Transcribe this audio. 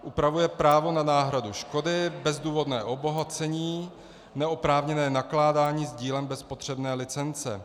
Upravuje právo na náhradu škody, bezdůvodné obohacení, neoprávněné nakládání s dílem bez potřebné licence.